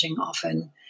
often